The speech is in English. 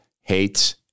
hates